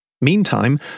Meantime